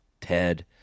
Ted